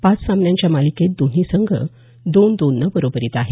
पाच सामन्यांच्या मालिकेत दोन्ही संघ दोन दोन नं बरोबरीत आहेत